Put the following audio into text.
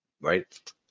Right